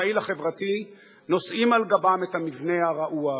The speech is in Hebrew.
הפעיל החברתי נושאים על גבם את המבנה הרעוע הזה.